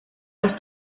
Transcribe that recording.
los